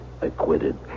acquitted